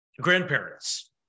Grandparents